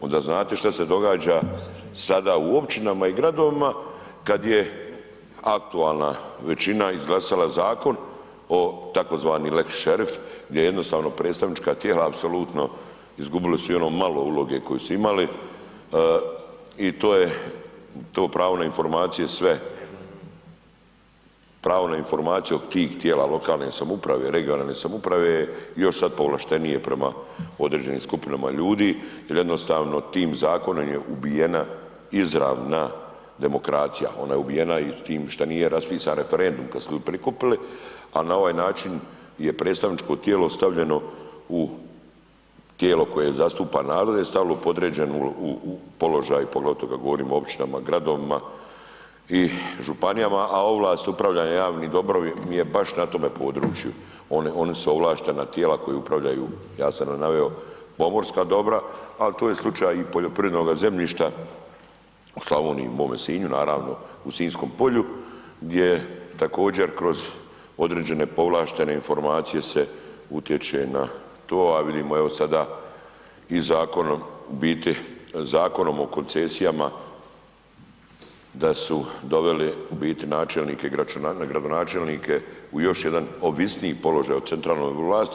Onda znate šta se događa sada u općinama i gradovima kad je aktualna većina izglasala zakon tzv. lex šerif gdje jednostavno predstavnička tijela apsolutno izgubili su i ono malo uloge koju su imali i to je, to pravo na informacije sve, pravo na informacije od tih tijela lokalne samouprave, regionalne samouprave je još sad povlaštenije prema određenim skupinama ljudi jel jednostavno tim zakonom je ubijena izravna demokracija, ona je ubijena i s tim šta nije raspisan referendum, kad su ljudi prikupili, a na ovaj način je predstavničko tijelo stavljeno u, tijelo koje zastupa narod je stavilo podređen u položaj, poglavito kad govorimo o općinama, gradovima i županijama, a ovlast upravljanja javnim dobrom je baš na tome području, oni su ovlaštena tijela koja upravljaju, ja sam ovdje naveo, pomorska dobra, al to je i slučaj poljoprivrednoga zemljišta u Slavoniji i mome Sinju naravno, u sinjskom polju gdje je također kroz određene povlaštene informacije se utječe na to, a vidimo evo sada i zakonom, u biti Zakonom o koncesijama da su doveli u biti načelnike i gradonačelnike u još jedan ovisniji položaj o centralnoj vlasti.